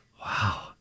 Wow